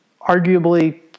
arguably